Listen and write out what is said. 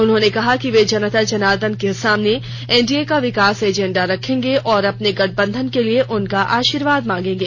उन्होंने कहा कि वे जनता जनार्दन के सामने एनडीए का विकास एजेंडा रखेंगे और और अपने गठबंधन के लिए उनका आशीर्वाद मांगेंगे